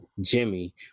Jimmy